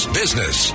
business